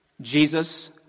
Jesus